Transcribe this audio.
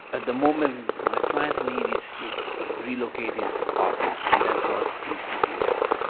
at the moment, my clients needs to relocate his office, and that's what he's looking at.